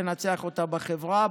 לנצח אותה בחברה,